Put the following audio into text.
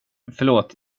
förlåt